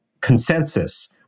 consensus